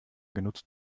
genutzt